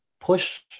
push